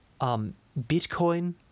Bitcoin